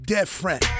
different